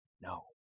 no